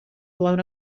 blown